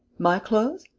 my clothes?